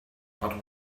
but